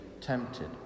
tempted